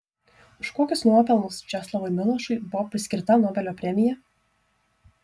už kokius nuopelnus česlovui milošui buvo paskirta nobelio premija